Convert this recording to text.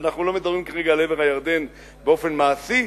ואנחנו לא מדברים כרגע על עבר הירדן באופן מעשי,